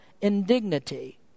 indignity